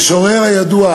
המשורר הידוע